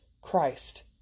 Christ